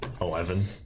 Eleven